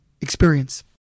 experience